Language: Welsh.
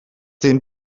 dim